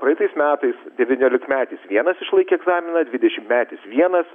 praeitais metais devyniolikmetis vienas išlaikė egzaminą dvidešimtmetis vienas